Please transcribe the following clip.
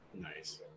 Nice